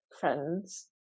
friends